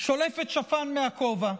שולפת שפן מהכובע.